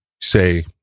say